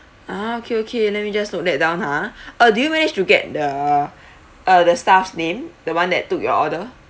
ah okay okay let me just note that down ha uh do you manage to get the uh the staff's name the one that took your order